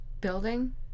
building